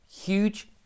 huge